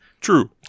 True